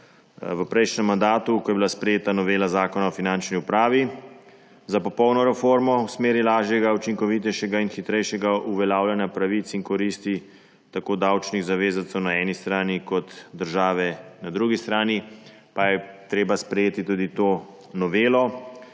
v prejšnjem mandatu, ko je bila sprejeta novela Zakona o finančni upravi. Za popolno reformo v smeri lažjega, učinkovitejšega in hitrejšega uveljavljanja pravic in koristi tako davčnih zavezancev na eni strani kot države na drugi strani pa je treba sprejeti tudi to novelo,